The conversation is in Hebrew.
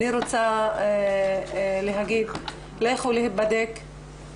אני רוצה להגיד: לכו להיבדק,